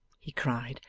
he cried,